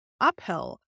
uphill